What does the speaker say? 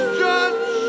judge